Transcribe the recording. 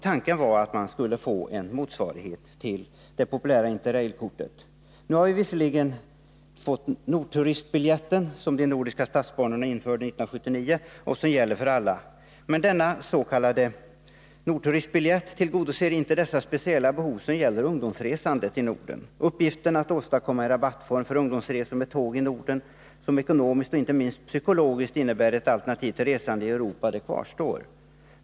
Tanken var att man skulle få en motsvarighet till det populära Inter-Rail-kortet. Nu har vi visserligen fått Nordturistbiljetten, som de nordiska statsbanorna införde 1979 och som gäller för alla. Men denna s.k. Nordturistbiljett tillgodoser inte de speciella behov som gäller ungdomsresandet i Norden. Uppgiften att åstadkomma en rabattform för ungdomsresor med tåg i Norden, som ekonomiskt och inte minst psykologiskt innebär ett alternativ till resande i Europa, kvarstår.